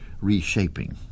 reshaping